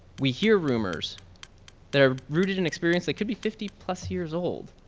we hear rumors that are rooted in experiences, it could be fifty plus years old.